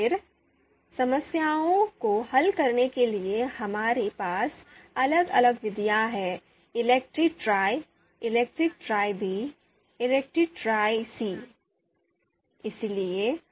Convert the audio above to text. फिर समस्याओं को हल करने के लिए हमारे पास अलग अलग तरीके हैं Electra Tri Electra Tri B इलेक्ट्राTri C